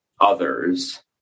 others